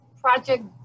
project